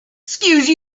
excuse